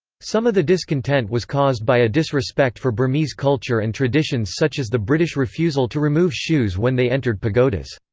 some of the discontent was caused by a disrespect for burmese culture and traditions such as the british refusal to remove shoes when they entered pagodas.